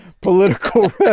political